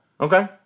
Okay